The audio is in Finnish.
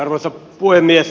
arvoisa puhemies